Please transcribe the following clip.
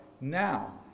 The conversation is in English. now